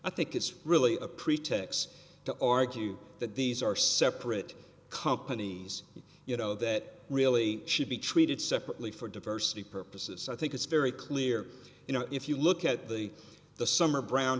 i think it's really a pretext to argue that these are separate companies you know that really should be treated separately for diversity purposes i think it's very clear you know if you look at the the summer brown